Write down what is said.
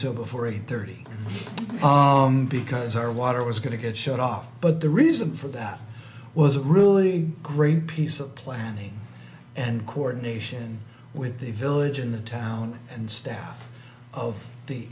so before eight thirty because our water was going to get shut off but the reason for that was a really great piece of planning and coordination with a village in the town and staff of the